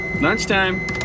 Lunchtime